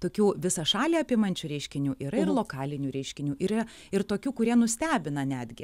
tokių visą šalį apimančių reiškinių yra ir lokalinių reiškinių ir yra ir tokių kurie nustebina netgi